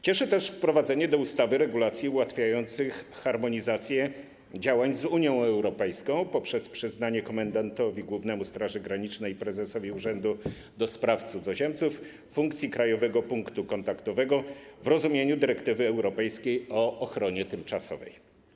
Cieszy też wprowadzenie do ustawy regulacji ułatwiających harmonizację działań z Unią Europejską poprzez przyznanie komendantowi głównemu Straży Granicznej i prezesowi Urzędu do Spraw Cudzoziemców funkcji krajowego punktu kontaktowego w rozumieniu dyrektywy europejskiej o ochronie tymczasowej.